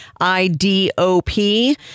IDOP